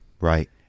Right